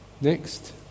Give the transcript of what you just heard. next